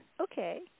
Okay